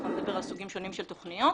אנחנו נדבר על סוגים שונים של תוכניות.